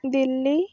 Delhi